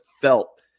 felt